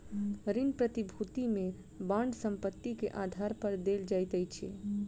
ऋण प्रतिभूति में बांड संपत्ति के आधार पर देल जाइत अछि